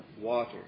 water